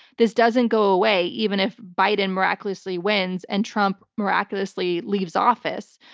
this doesn't go away even if biden miraculously wins and trump miraculously leaves office.